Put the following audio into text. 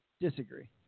Disagree